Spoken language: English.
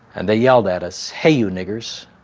and they yelled at us, hey, you niggers.